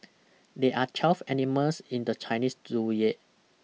there are twelve animals in the Chinese